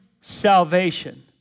salvation